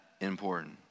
important